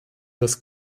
das